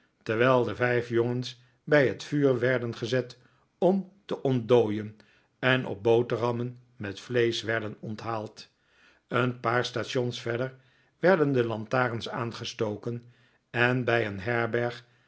terwijl de vijf jongens bij het vuur werden gezet om te ontdooien en op boterhammen met vleesch werden onthaald een paar stations verder werden de lantarens aangestoken en bij een herberg